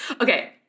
Okay